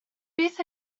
beth